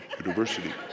University